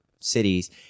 cities